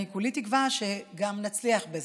אני כולי תקווה שגם נצליח בזה.